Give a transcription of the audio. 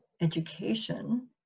education